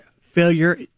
failure